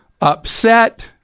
upset